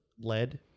lead